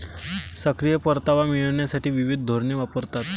सक्रिय परतावा मिळविण्यासाठी विविध धोरणे वापरतात